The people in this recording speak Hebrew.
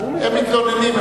הם מתלוננים.